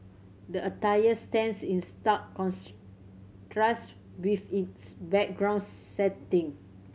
the attire stands in stark contrast with its background setting